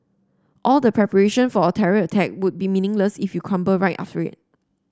all the preparation for a terror attack would be meaningless if you crumble right after it